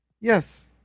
Yes